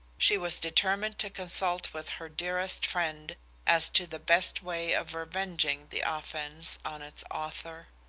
she was determined to consult with her dearest friend as to the best way of revenging the offense on its author.